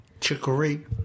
chicory